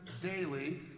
daily